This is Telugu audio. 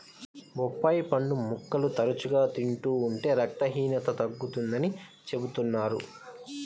బొప్పాయి పండు ముక్కలు తరచుగా తింటూ ఉంటే రక్తహీనత తగ్గుతుందని చెబుతున్నారు